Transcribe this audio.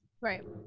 Right